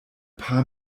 paar